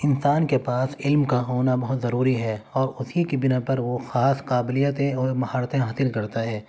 انسان کے پاس علم کا ہونا بہت ضروری ہے اور اسی کے بنا پر وہ خاص قابلیتیں اور مہارتیں حاصل کرتا ہے